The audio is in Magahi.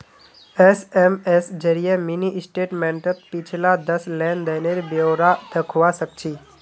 एस.एम.एस जरिए मिनी स्टेटमेंटत पिछला दस लेन देनेर ब्यौरा दखवा सखछी